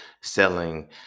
selling